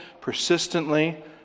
persistently